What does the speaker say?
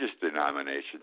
denominations